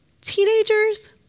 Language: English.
Teenagers